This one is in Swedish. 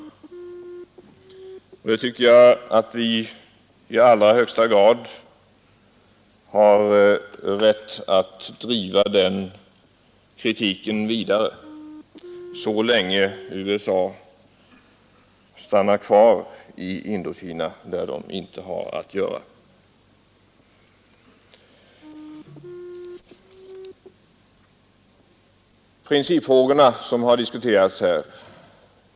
Jag tycker att vi i allra högsta grad har rätt och skyldighet att föra fram den kritiken så länge USA stannar kvar i Indokina, där de inte har att göra.